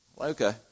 Okay